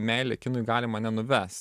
meilė kinui gali mane nuvest